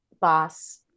boss